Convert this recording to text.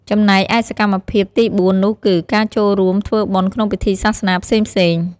ចំណែកឯសកម្មភាពទីបួណនោះគឺ កាចូលរួមធ្វើបុណ្យក្នុងពិធីសាសនាផ្សេងៗ។